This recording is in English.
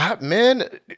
Man